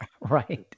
right